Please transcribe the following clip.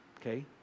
Okay